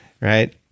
right